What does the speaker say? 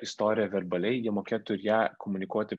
istoriją verbaliai jie mokėtų ir ją komunikuoti